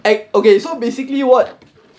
okay so basically what